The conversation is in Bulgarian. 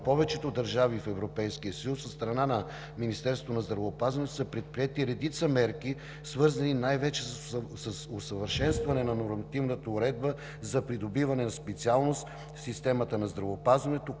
повечето държави в Европейския съюз, от страна на Министерството на здравеопазването са предприети редица мерки, свързани най-вече с усъвършенстване на нормативната уредба за придобиване на специалност в системата на здравеопазването,